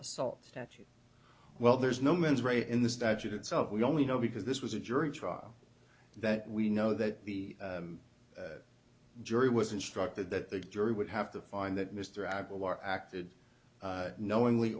assault statute well there's no mens rea in the statute itself we only know because this was a jury trial that we know that the jury was instructed that the jury would have to find that mr aguilar acted knowingly